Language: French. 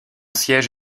siège